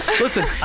listen